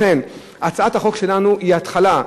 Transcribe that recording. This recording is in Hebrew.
לכן הצעת החוק שלנו היא התחלה,